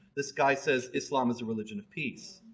this guy says islam is a religion of peace.